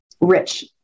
rich